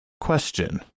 question